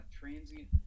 transient